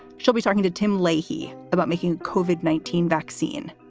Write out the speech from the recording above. she'll be talking to tim leahy about making covered nineteen vaccine.